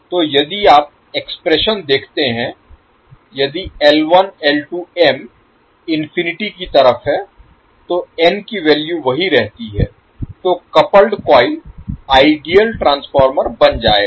तो यदि आप एक्सप्रेशन देखते हैं यदि तो n की वैल्यू वही रहती तो कपल्ड कॉइल आइडियल ट्रांसफार्मर बन जाएगा